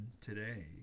today